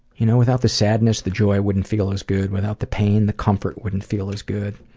you know without the sadness, the joy wouldn't feel as good. without the pain, the comfort wouldn't feel as good.